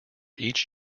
each